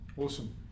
Awesome